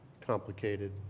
complicated